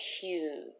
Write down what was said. huge